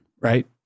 right